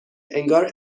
انگار